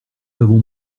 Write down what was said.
avons